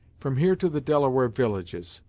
from here to the delaware villages.